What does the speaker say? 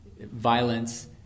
violence